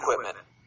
equipment